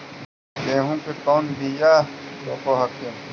गेहूं के कौन बियाह रोप हखिन?